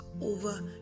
over